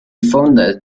founded